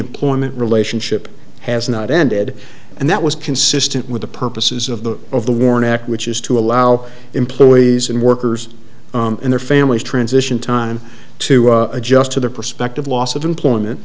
employment relationship has not ended and that was consistent with the purposes of the of the warne act which is to allow employees and workers and their families transition time to adjust to the prospective loss of employment